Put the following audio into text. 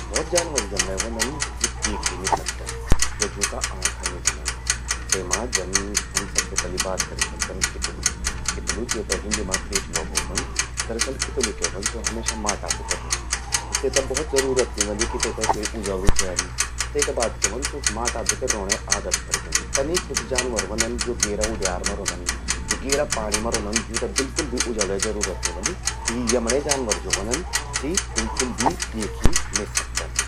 भौत जानवर यमण्यें व्हन्दन ज्वो द्येखी नि सकदन। तेमा जन हम सबसे पलि बात करि सकदन कितलु। कितलु जेते हिन्दी मां केंचुआ ब्वोलदन। दरअसल, कितलु क्या व्हंद, स्वो हमेशा माटा भितर रौंद। त तेते भौत जरूरत नि ह्वोंदि कि तेते क्वे उजलु चेंद। त तेका बाद क्या ह्वंद कि तेते माटा भीतर रौंणे आदत पण जांदि। तनि कुछ जानवर ह्वोंदन, जो गेरा उड्यार मां रौंदन, ज्वो गेरा पाणि मां रौंदन, जूंते बिलकुल भी उजल़े जरूरत नि ह्वोंदि। त यमण्यें जानवर ज्वो ह्वोंदन, सि बिल्कुल भी द्येखी नि सकदन।